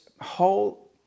whole